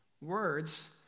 Words